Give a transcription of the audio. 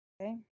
Okay